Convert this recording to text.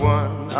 one